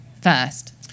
first